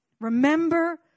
Remember